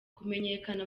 kumenyekana